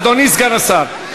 אדוני סגן השר,